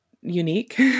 unique